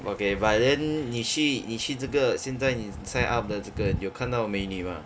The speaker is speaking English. okay but then 你去你去这个现在你 sign up 的这个你有看到美女 mah